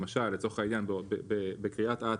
למשל, לצורך העניין, בקרית אתא,